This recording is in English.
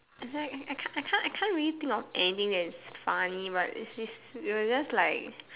is like I can't I can't really think of anything that is funny but it is it was just like